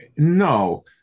No